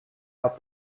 out